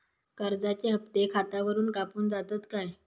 कर्जाचे हप्ते खातावरून कापून जातत काय?